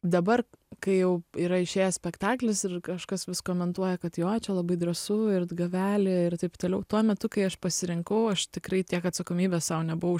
dabar kai jau yra išėjęs spektaklis ir kažkas vis komentuoja kad jo čia labai drąsu ir gaveli ir taip toliau tuo metu kai aš pasirinkau aš tikrai tiek atsakomybės sau nebuvau